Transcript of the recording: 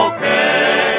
Okay